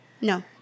No